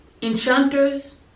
enchanters